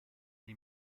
gli